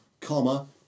comma